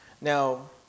Now